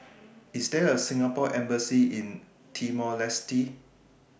IS There A Singapore Embassy in Timor Leste